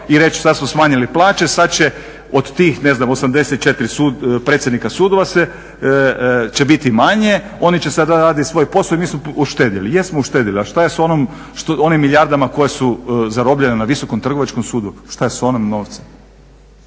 i reći sad smo smanjili plaće sad će od tih ne znam 84 predsjednika sudova se, će biti manje, oni će sada raditi svoj posao i mi smo uštedjeli. Jesmo uštedjeli, ali šta je s onom, onim milijardama koje su zarobljene na Visokom trgovačkom sudu, šta je s onim novcem,